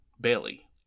Bailey